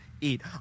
eat